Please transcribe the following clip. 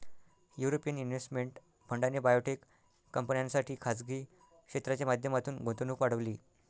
European investment फंडाने biotech कंपन्यांसाठी खासगी क्षेत्राच्या माध्यमातून गुंतवणूक वाढवली